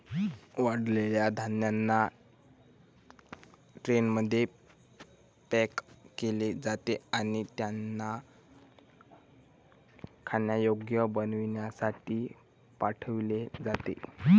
वाळलेल्या धान्यांना ट्रेनमध्ये पॅक केले जाते आणि त्यांना खाण्यायोग्य बनविण्यासाठी पाठविले जाते